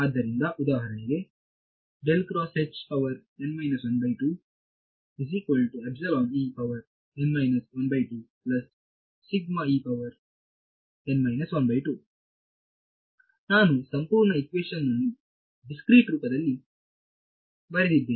ಆದ್ದರಿಂದ ಉದಾಹರಣೆಗೆ ನಾನು ಸಂಪೂರ್ಣ ಇಕ್ವೇಶನ್ ವನ್ನು ದಿಸ್ಕ್ರೀಟ್ ರೂಪದಲ್ಲಿ ಬರೆದಿದ್ದೇನೆ